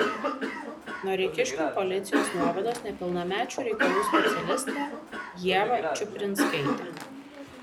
noreikiškių policijos nuovados nepilnamečių reikalų specialistę ievą čiuprinskaitę